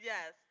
Yes